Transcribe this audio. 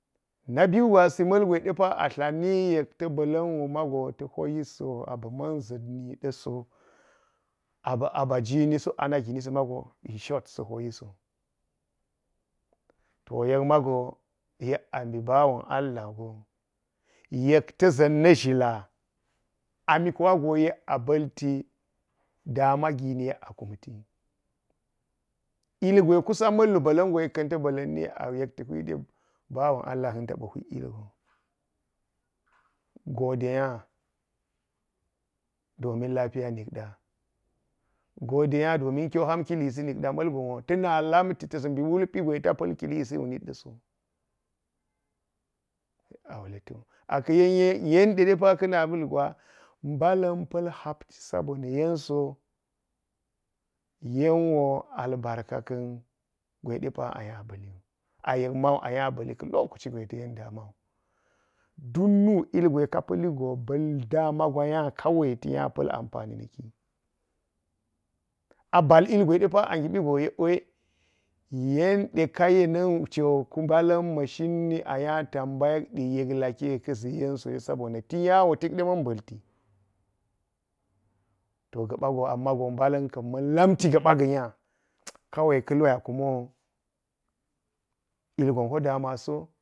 Na biyu gwasii ma̱lgwe de ta̱ th ni yek ta̱ mbla̱ lan ngo ta̱ po yisi a ba̱ ma̱ nʒa̱t gi po yisi, a ba̱ aba jwini suka a na jwini, si mago cin shrt sa̱ po yiso. To yek mago yek a mbi bawen allah gon yeh ka̱ ʒa̱n na̱ ʒhila a mi mago a ba̱lti daama gini yek a kumti. Ilgwe kusan ma̱llwa mba̱la̱n yek ta̱ mba̱la̱nni yek ti hwide ilgon gode nya, domin lafiya nikɗa, gode nya domin kyo han kilhisi nikaɗa ma̱lgon wo ta̱ na̱malanti ta̱s nbi wulpi gwe ta pa̱ l kilisi wu nitɗa so lek a wule to a ka̱ yen yenɗe yende de pa ka̱ na̱ma mbit gwa mbala̱n pa̱l hapti sa bonna̱ yen so yan wo albarka ka̱n gwe ɗe pa a nya ba̱li wu a̱yek mau a nya ba̱ll ka̱ lokaci gwe ta̱ yen da̱ma wu dunnu ilgwe ka pali go ba̱l daama gwa nya – a nya pa̱l amfani na̱ki”. A bal ilgwe de pa gimbi go yek de yen ɗe ka̱ yena̱n wuco, mbala̱n ma̱shanni a nya tambayadde yek yek kki ye ba ba ka̱ ʒi yen soye – sa bonna nya wo tikade ma̱n ba̱ lte to ga̱ɓa go ami mago mbala̱n ka̱n ma̱n kanti ga̱ ga nya, kawai yek a kumi go ilgo po daama so.